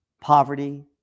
poverty